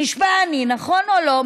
נשבע אני, נכון או לא?